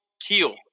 Kiel